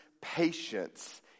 patience